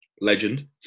legend